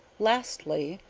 lastly.